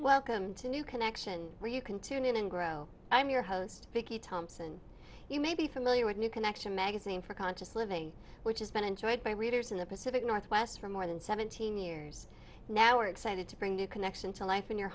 welcome to new connection where you can tune in and grow i'm your host vicky thompson you may be familiar with new connection magazine for conscious living which has been enjoyed by readers in the pacific northwest for more than seventeen years now we're excited to bring new connection to life in your